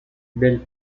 del